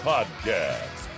Podcast